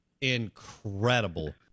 incredible